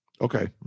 Okay